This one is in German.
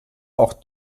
auch